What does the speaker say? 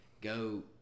go